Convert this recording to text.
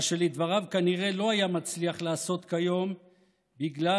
מה שלדבריו כנראה לא היה מצליח לעשות כיום בגלל